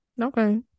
okay